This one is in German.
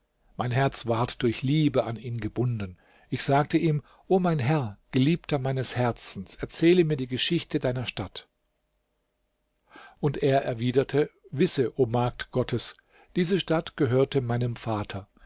mein herz ward durch liebe an ihn gebunden ich sagte ihm o mein herr geliebter meines herzens erzähle mir die geschichte deiner stadt und er erwiderte wisse o magd gottes diese stadt gehörte meinem vater